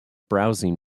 browsing